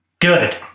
good